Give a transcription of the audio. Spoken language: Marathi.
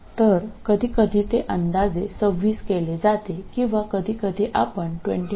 तर कधीकधी ते अंदाजे 26 केले जाते किंवा कधीकधी आपण 25